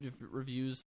reviews